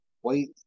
White